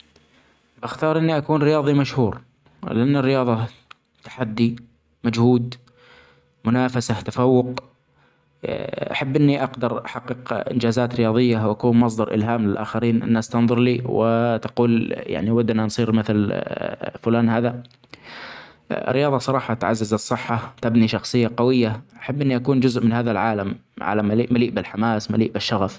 بختار إني أكون رياضي مشهور ،لأن الرياضة تحدي، مجهود منافسة ، تفوق، أحب إني أقدر أحقق إنجازات رياضية وأكون مصدر إلهام للأخرين ، الناس تنظر لي وتقول يعني ودنا نصير فلان هذا الرياضه صراحة تعزز الصحة ، تبني شخصية قوية ،أحب إني أكون جزء من هذا العالم ،عالم ملئ ملئ بالحماس ملئ بالشغف.